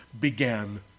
began